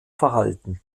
verhalten